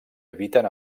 habiten